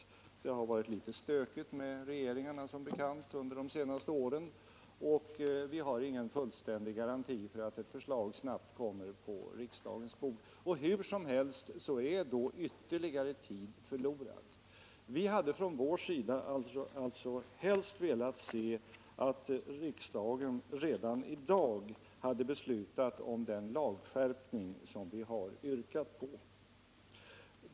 Det har som bekant varit litet stökigt med regeringarna under de senaste åren, och vi har ingen fullständig garanti för att ett förslag snabbt kommer på riksdagens bord. Hur som helst är då ytterligare tid förlorad. Vi hade från vår sida helst sett att riksdagen redan i dag beslutat om den lagskärpning som vi har yrkat på.